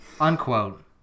Unquote